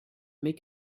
make